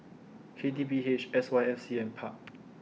K T P H S Y F C and Pub